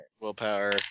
Willpower